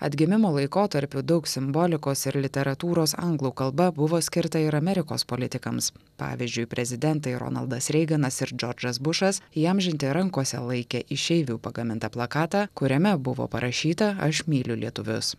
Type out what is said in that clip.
atgimimo laikotarpiu daug simbolikos ir literatūros anglų kalba buvo skirta ir amerikos politikams pavyzdžiui prezidentai ronaldas reiganas ir džordžas bušas įamžinti rankose laikė išeivių pagamintą plakatą kuriame buvo parašyta aš myliu lietuvius